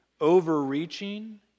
overreaching